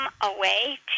away